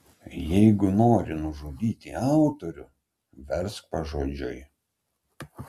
jeigu nori nužudyti autorių versk pažodžiui